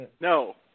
No